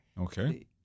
Okay